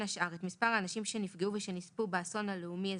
השאר את מספר האנשים שנפגעו ושנספו באסון הלאומי אזרחי,